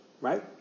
right